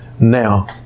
now